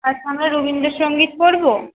আচ্ছা আমরা রবীন্দ্রসঙ্গীত করব